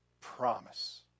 promise